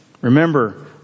Remember